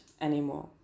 anymore